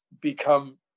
become